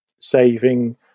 saving